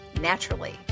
naturally